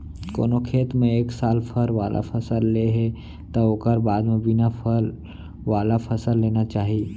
कोनो खेत म एक साल फर वाला फसल ले हे त ओखर बाद म बिना फल वाला फसल लेना चाही